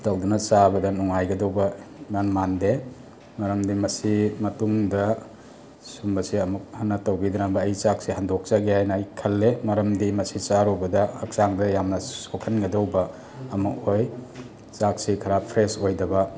ꯇꯧꯗꯨꯅ ꯆꯥꯕꯗ ꯅꯨꯡꯉꯥꯏꯒꯗꯧꯕ ꯏꯃꯥꯟ ꯃꯥꯟꯗꯦ ꯃꯔꯝꯗꯤ ꯃꯁꯤ ꯃꯇꯨꯡꯗ ꯁꯤꯒꯨꯝꯕꯁꯦ ꯑꯃꯨꯛ ꯍꯟꯅ ꯇꯧꯕꯤꯗꯕꯅ ꯑꯩ ꯆꯥꯛꯁꯦ ꯍꯟꯗꯣꯛꯆꯒꯦ ꯍꯥꯏꯅ ꯑꯩ ꯈꯜꯂꯦ ꯃꯔꯝꯗꯤ ꯃꯁꯤ ꯆꯥꯔꯨꯕꯗ ꯍꯛꯆꯥꯡꯗ ꯌꯥꯝꯅ ꯁꯣꯛꯍꯟꯒꯗꯧꯕ ꯑꯃ ꯑꯣꯏ ꯆꯥꯛꯁꯤ ꯈꯔ ꯐ꯭ꯔꯦꯁ ꯑꯣꯏꯗꯕ